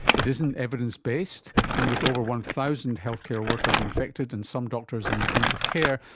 it isn't evidence-based, and with over one thousand healthcare workers infected and some doctors in intensive care,